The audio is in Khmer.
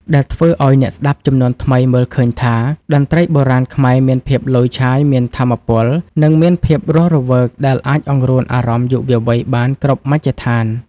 ដែលធ្វើឱ្យអ្នកស្តាប់ជំនាន់ថ្មីមើលឃើញថា តន្ត្រីបុរាណខ្មែរមានភាពឡូយឆាយ មានថាមពល និងមានភាពរស់រវើកដែលអាចអង្រួនអារម្មណ៍យុវវ័យបានគ្រប់មជ្ឈដ្ឋាន។